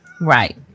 Right